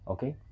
Okay